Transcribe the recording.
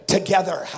together